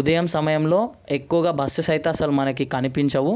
ఉదయం సమయంలో ఎక్కువగా బస్సెస్ అయితే అసలు మనకి కనిపించవు